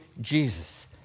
Jesus